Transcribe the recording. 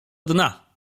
dna